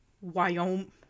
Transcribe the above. Wyoming